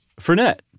Fernet